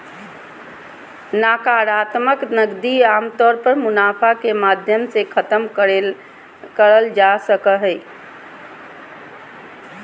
नाकरात्मक नकदी आमतौर पर मुनाफा के माध्यम से खतम करल जा सको हय